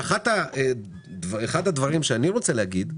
ואחד הדברים שאני רוצה להגיד,